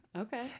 Okay